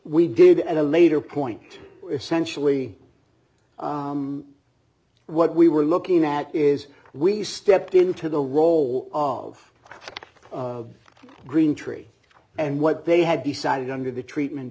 we did at a later point essentially what we were looking at is we stepped into the role of green tree and what they had decided under the treatment